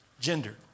gender